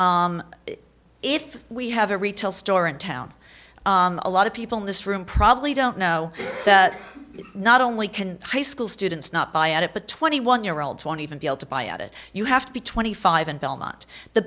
that if we have a retail store in town a lot of people in this room probably don't know not only can high school students not buy it but twenty one year old twenty even be able to buy at it you have to be twenty five and belmont the